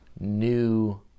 new